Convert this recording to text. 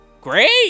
Great